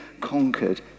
conquered